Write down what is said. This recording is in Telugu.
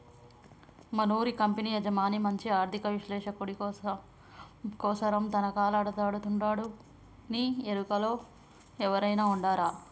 మనూరి కంపెనీ యజమాని మంచి ఆర్థిక విశ్లేషకుడి కోసరం తనకలాడతండాడునీ ఎరుకలో ఎవురైనా ఉండారా